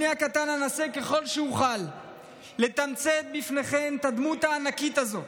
אני הקטן אנסה ככל שאוכל לתמצת בפניכם את הדמות הענקית הזו,